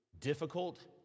Difficult